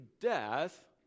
death